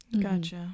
gotcha